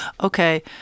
okay